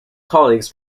colleagues